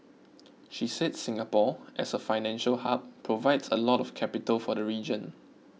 she said Singapore as a financial hub provides a lot of capital for the region